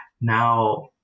now